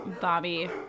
Bobby